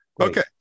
Okay